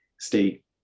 state